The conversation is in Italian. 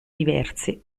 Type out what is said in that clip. diverse